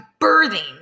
birthing